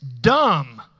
dumb